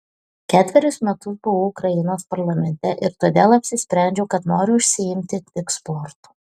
ketverius metus buvau ukrainos parlamente ir todėl apsisprendžiau kad noriu užsiimti tik sportu